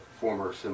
former